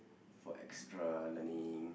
for extra learning